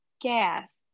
gas